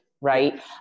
right